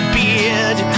beard